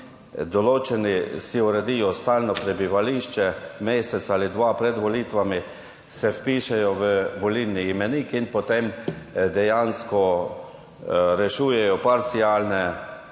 določeni uredijo stalno prebivališče mesec ali dva pred volitvami, se vpišejo v volilni imenik in potem dejansko rešujejo parcialne